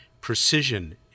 precision